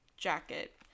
jacket